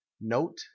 note